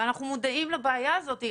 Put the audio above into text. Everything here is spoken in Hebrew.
ואנחנו מודעים לבעיה הזאת.